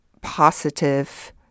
positive